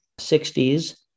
60s